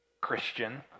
Christian